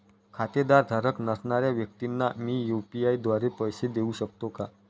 खातेधारक नसणाऱ्या व्यक्तींना मी यू.पी.आय द्वारे पैसे देऊ शकतो का?